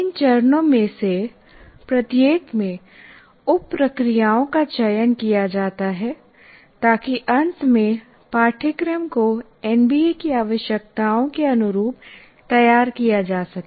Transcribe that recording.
इन चरणों में से प्रत्येक में उप प्रक्रियाओं का चयन किया जाता है ताकि अंत में पाठ्यक्रम को एनबीए की आवश्यकताओं के अनुरूप तैयार किया जा सके